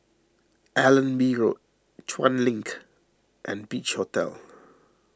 Allenby Road Chuan Link and Beach Hotel